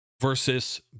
versus